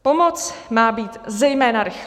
Pomoc má být zejména rychlá.